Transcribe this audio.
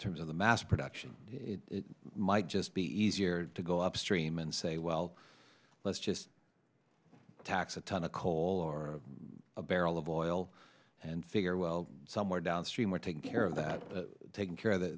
terms of the mass production it might just be easier to go upstream and say well let's just tax a ton of coal or a barrel of oil and figure well somewhere downstream we're taking care of that taking care of th